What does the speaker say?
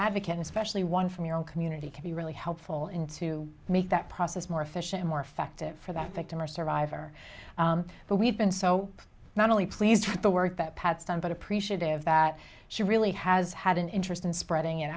advocate especially one from your own community can be really helpful and to make that process more efficient more effective for that victim or survivor but we've been so not only pleased with the work that pat's done but appreciative that she really has had an interest in spreading it